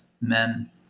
men